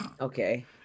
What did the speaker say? Okay